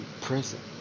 present